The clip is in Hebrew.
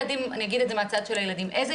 אני אומר את זה מהצד של הילדים איזה